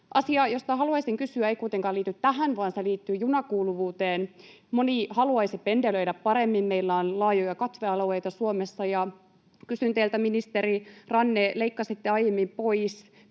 Asia, josta haluaisin kysyä, ei kuitenkaan liity tähän, vaan se liittyy junakuuluvuuteen. Moni haluaisi pendelöidä paremmin, mutta meillä on laajoja katvealueita Suomessa. Kysyn teiltä, ministeri Ranne: leikkasitte aiemmin pois